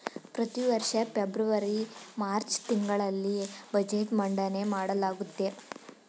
ಪ್ರತಿವರ್ಷ February March ತಿಂಗಳಲ್ಲಿ budget ಮಂಡನೆ ಮಾಡಲಾಗುತ್ತೆ